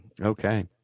Okay